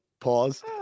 pause